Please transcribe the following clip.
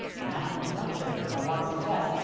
and that conjunction, i want to suggest,